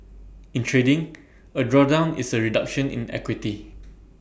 in trading A drawdown is A reduction in equity